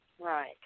right